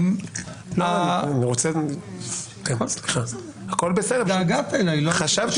האם לעשות את זה בשלב המוקדם לצו השיקום הכלכלי דיברנו על זה כמעט חצי